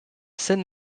seine